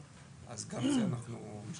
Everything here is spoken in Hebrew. אם זה בהיבט התשתיות,